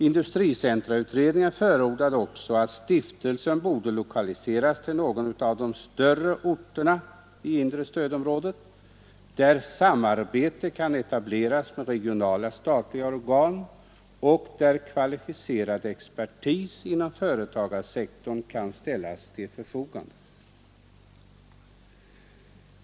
Industricentrautredningen förordade också att stiftelsen borde lokaliseras till någon av de större orterna inom inre stödområdet, där samarbete kan etableras med regionala statliga organ och där kvalificerad expertis inom företagssektorn kan ställas till förfogande.